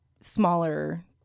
smaller